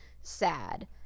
sad